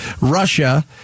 Russia